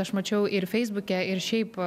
aš mačiau ir feisbuke ir šiaip